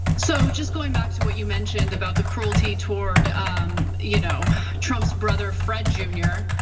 so just going back to what you mentioned about the cruelty toward um you know trump's brother fred junior.